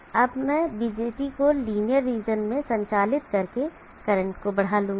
अब मैं BJT को लीनियर रीजन में संचालित करके करंट को बढ़ा लूंगा